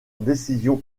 décision